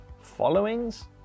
followings